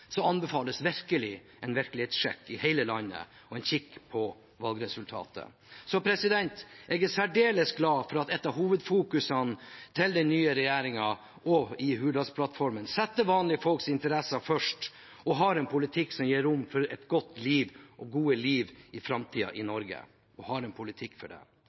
en titt på valgresultatet. Jeg er særdeles glad for at noe av det den nye regjeringen og Hurdalsplattformen fokuserer mest på, er å sette vanlige folks interesser først og å ha en politikk som gir rom for et godt liv i Norge i framtiden. At vi nå har en regjering med ambisjoner for hele landet og de mange lokalsamfunnene i hele landet, er det